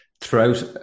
throughout